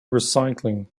recycling